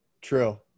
True